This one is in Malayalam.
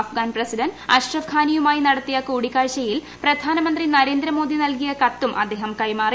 അഫ്ഗാൻ പ്രസിഡന്റ് അഷ്റഫ് ഘാനിയുമായി നടത്തിയ കൂടിക്കാഴ്ചയിൽ പ്രധാനമന്ത്രി നരേന്ദ്രമോദി നൽകിയ കത്തും അദ്ദേഹം കൈമാറി